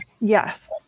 yes